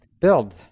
build